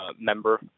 member